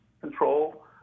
control